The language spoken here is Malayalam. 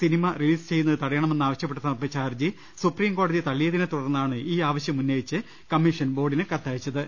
സിനിമ റിലീസ് ചെയ്യുന്നത് തട യണമെന്നാവശ്യപ്പെട്ട് സമർപ്പിച്ച ഹർജി സുപ്രിംകോടതി തള്ളിയതിനെ തുടർന്നാണ് ഈ ആവശ്യം ഉന്നയിച്ച് കമ്മീഷൻ ബോർഡിന് കത്തയച്ച ത്